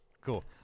cool